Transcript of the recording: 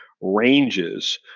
ranges